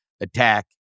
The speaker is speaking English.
attack